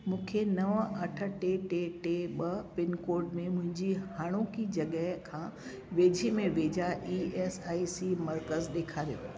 मूंखे नव अठ टे टे टे ॿ पिनकोड में मुंहिंजी हाणोकी जॻह खां वेझे में वेझा ई एस आई सी मर्कज़ ॾेखारियो